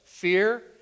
Fear